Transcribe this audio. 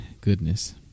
Goodness